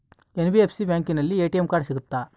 NBFC ಬ್ಯಾಂಕಿನಲ್ಲಿ ATM card ಸಿಗುತ್ತಾ?